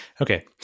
Okay